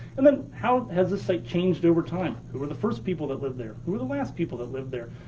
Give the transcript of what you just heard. and then, how has this site changed over time? who were the first people that lived there? who were the last people that lived there?